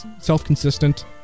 self-consistent